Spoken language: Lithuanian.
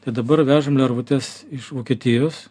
tai dabar vežam lervutes iš vokietijos